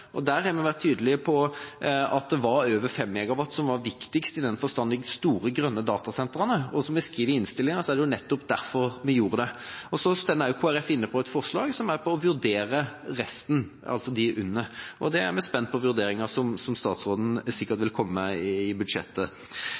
og der har vi vært tydelige på at det var over 5 MW som var viktigst for de store grønne datasentrene, og som vi skriver i innstillinga, er det nettopp derfor vi gjorde det. Så er også Kristelig Folkeparti med på et forslag om å vurdere resten, altså de under 5 MW, og der er vi spent på vurderinga som statsråden sikkert vil komme med i budsjettet.